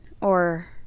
or-